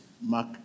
mark